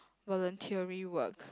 voluntery work